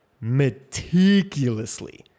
meticulously